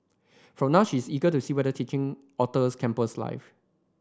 for now she is eager to see whether teaching alter campus life